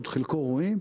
עוד חלקו רואים,